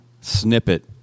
snippet